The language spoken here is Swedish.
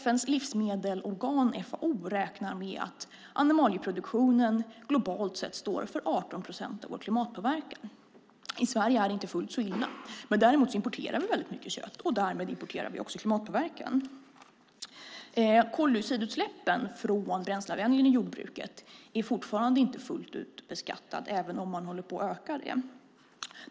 FN:s livsmedelsorgan FAO räknar med att animalieproduktionen globalt sett står för 18 procent av vår klimatpåverkan. I Sverige är det inte fullt så illa. Däremot importerar vi mycket kött, och därmed importerar vi också klimatpåverkan. Koldioxidutsläppen från bränsleanvändningen i jordbruket är fortfarande inte fullt ut beskattade även om man håller på att öka den beskattningen.